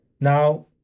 Now